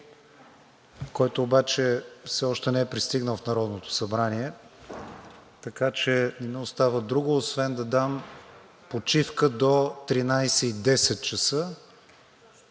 който обаче все още не е пристигнал в Народното събрание. Не ми остава друго освен да дам почивка до 13,10 ч.,